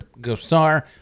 Gosar